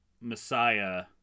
Messiah